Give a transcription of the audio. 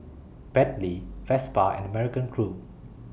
Bentley Vespa and American Crew